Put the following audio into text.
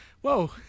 whoa